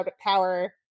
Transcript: power